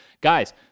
Guys